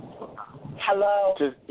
Hello